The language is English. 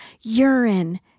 urine